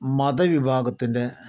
മതവിഭാഗത്തിന്റെ